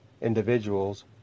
individuals